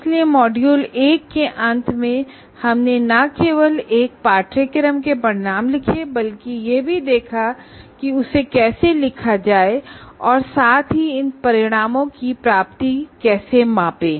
इसलिए मॉड्यूल 1 के अंत में हमने न केवल कोर्स के आउटकम लिखे बल्कि यह भी देखा कि उसे कैसे लिखा जाए और साथ ही इन आउटकम के अटैनमेंट को कैसे मापे